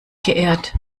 geehrt